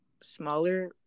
smaller